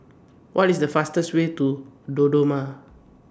What IS The fastest Way to Dodoma